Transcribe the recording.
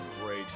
great